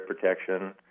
protection